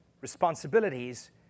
responsibilities